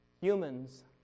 Humans